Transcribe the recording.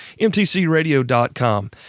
mtcradio.com